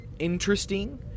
interesting